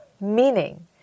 Meaning